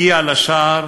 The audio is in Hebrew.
הגיע לשער,